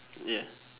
yeah